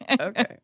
okay